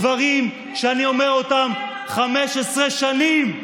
דברים שאני אומר אותם 15 שנים.